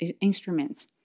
instruments